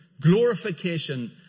Glorification